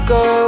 go